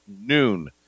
noon